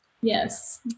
Yes